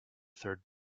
third